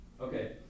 Okay